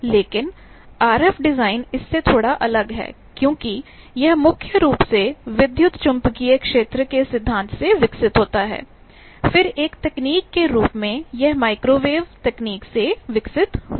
लेकिन RF design इससे थोड़ा अलग है क्योंकि यह मुख्य रूप से विद्युत चुम्बकीय क्षेत्र के सिद्धांत से विकसित होता है फिर एक तकनीक के रूप में यह माइक्रोवेव तकनीक से विकसित हुआ